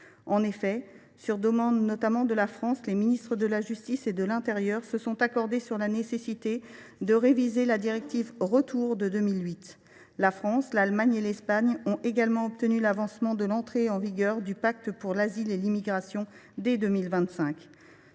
En effet, sur demande, notamment, de la France, les ministres de la justice et de l’intérieur se sont accordés sur la nécessité de réviser la directive Retour de 2008. La France, l’Allemagne et l’Espagne ont également obtenu l’avancée de l’entrée en vigueur du pacte pour la migration et l’asile dès 2025.